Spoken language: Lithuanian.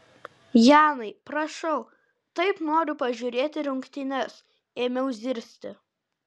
janai prašau taip noriu pažiūrėti rungtynes ėmiau zirzti